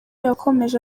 yakomeje